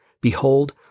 behold